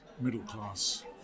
middle-class